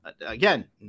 again